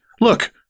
look